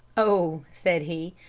oh, said he,